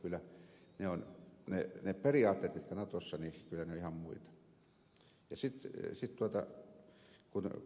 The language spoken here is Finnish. kyllä ne periaatteet mitkä natossa on ovat ihan muita